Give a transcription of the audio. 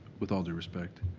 with all due respect.